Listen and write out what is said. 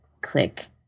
click